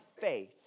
faith